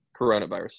coronavirus